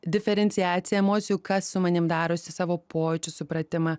diferenciaciją emocijų kas su manim darosi savo pojūčius supratimą